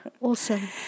Awesome